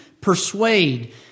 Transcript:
persuade